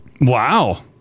Wow